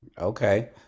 Okay